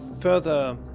further